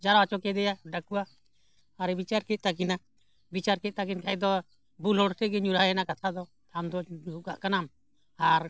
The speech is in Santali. ᱡᱟᱣᱨᱟ ᱦᱚᱪᱚ ᱠᱮᱫᱮᱭᱟᱭ ᱰᱟᱹᱠᱩᱣᱟᱹ ᱟᱨᱮ ᱵᱤᱪᱟᱹᱨ ᱠᱮᱫ ᱛᱟᱹᱠᱤᱱᱟ ᱵᱤᱪᱟᱹᱨ ᱠᱮᱫ ᱛᱟᱹᱠᱤᱱ ᱠᱷᱟᱱ ᱫᱚ ᱵᱩᱞ ᱦᱚᱲ ᱴᱷᱮᱱᱜᱮ ᱧᱩᱨᱦᱟᱭᱮᱱᱟ ᱠᱟᱛᱷᱟ ᱫᱚ ᱟᱢᱫᱚᱢ ᱧᱩ ᱠᱟᱜ ᱠᱟᱱᱟᱢ ᱟᱨ